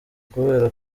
kubera